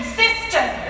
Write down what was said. system